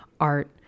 art